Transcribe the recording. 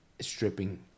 stripping